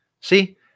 See